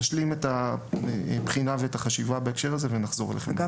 נשלים את הבחינה ואת החשיבה בהקשר הזה ונחזור אליכם.